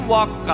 Walk